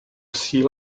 sea